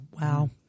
wow